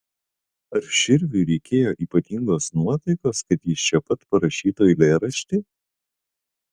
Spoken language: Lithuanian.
ar širviui reikėjo ypatingos nuotaikos kad jis čia pat parašytų eilėraštį